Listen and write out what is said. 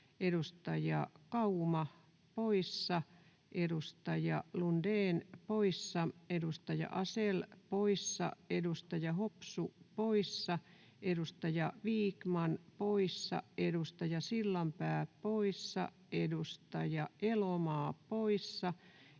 edustaja Kauma poissa, edustaja Lundén poissa, edustaja Asell poissa, edustaja Hopsu poissa, edustaja Vikman poissa, edustaja Sillanpää poissa, edustaja Elomaa poissa,